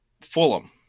Fulham